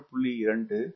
2 Vstall